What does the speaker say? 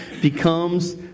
becomes